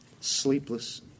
Sleepless